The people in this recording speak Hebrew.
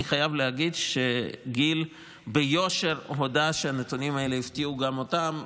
אני חייב להגיד שגיל הודה ביושר שהנתונים האלה הפתיעו גם אותם,